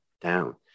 down